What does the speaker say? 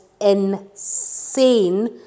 insane